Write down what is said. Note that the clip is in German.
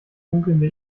funkelnde